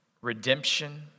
redemption